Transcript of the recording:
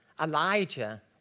Elijah